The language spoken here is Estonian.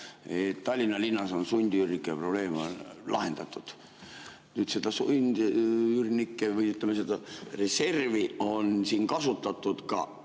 Tallinna linnas on sundüürnike probleem lahendatud. Nüüd, seda sundüürnike reservi on kasutatud